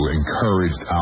encouraged